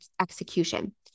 execution